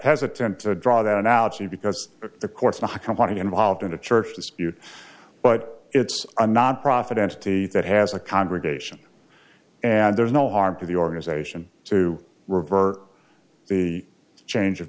has attempted to draw that analogy because the courts one company involved in a church dispute but it's a nonprofit entity that has a congregation and there's no harm to the organisation to revert the change of